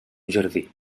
jardí